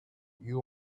you